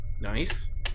Nice